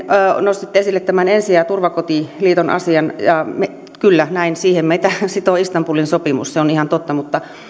nostitte esille tämän ensi ja ja turvakotien liiton asian kyllä siihen meitä sitoo istanbulin sopimus se on ihan totta mutta